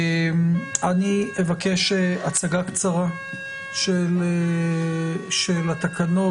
אני אבקש הצגה קצרה של התקנות.